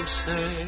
say